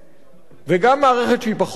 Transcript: וגם מערכת שהיא פחות כלכלית.